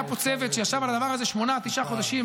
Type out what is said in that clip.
היה פה צוות שישב על הדבר הזה שמונה-תשעה חודשים,